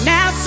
Now